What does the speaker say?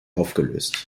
aufgelöst